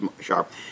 sharp